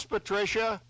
Patricia